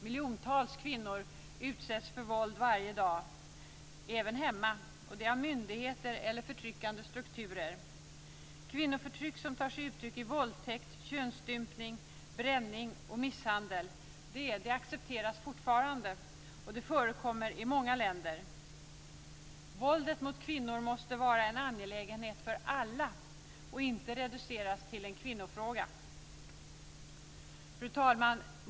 Miljontals kvinnor utsätts för våld varje dag - hemma, av myndigheter eller förtryckande strukturer. Kvinnoförtryck som tar sig uttryck i våldtäkt, könsstympning, bränning och misshandel accepteras fortfarande, och det förekommer i många länder. Våldet mot kvinnor måste vara en angelägenhet för alla och inte reduceras till en s.k. kvinnofråga. Fru talman!